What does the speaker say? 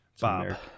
Bob